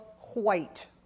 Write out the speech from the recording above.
white